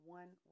one